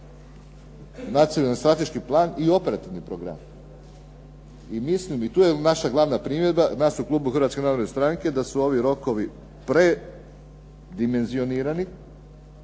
Nacionalni strateški plan i Operativni program. I mislim i tu je naša glavna primjedba, nas u klubu Hrvatske narodne stranke da su ovi rokovi predimenzionirani